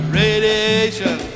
radiation